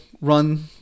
run